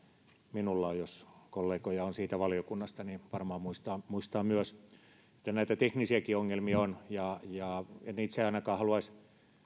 minulla on jos kollegoja on siitä valiokunnasta niin varmaan muistavat myös että näitä teknisiäkin ongelmia on en itse ainakaan haluaisi